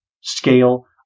scale